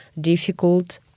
difficult